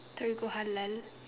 Torigo halal